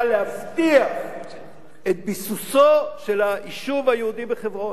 להבטיח את ביסוסו של היישוב היהודי בחברון.